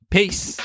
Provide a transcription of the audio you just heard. Peace